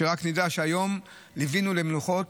רק היום ליווינו למנוחות